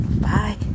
Bye